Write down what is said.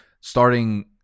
starting